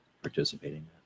Participating